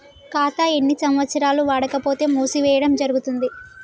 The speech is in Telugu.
ఖాతా ఎన్ని సంవత్సరాలు వాడకపోతే మూసివేయడం జరుగుతుంది?